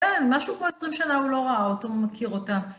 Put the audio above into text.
כן, משהו כמו 20 שנה הוא לא ראה אותו, הוא מכיר אותה.